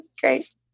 great